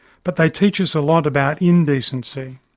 but they teach us a lot about indecency.